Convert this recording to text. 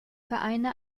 vereine